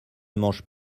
mangent